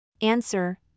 Answer